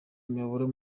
imiyoboro